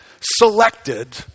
selected